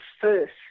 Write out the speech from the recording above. first